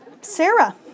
Sarah